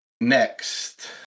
next